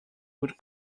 would